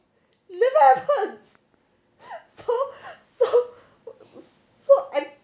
it never happens so so so I